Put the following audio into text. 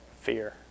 fear